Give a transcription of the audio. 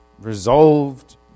resolved